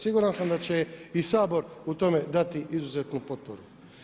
Siguran sam da će i Sabor u tome dati izuzetnu potporu.